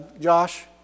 Josh